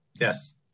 Yes